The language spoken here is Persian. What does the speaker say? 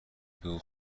بگو